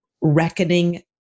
reckoning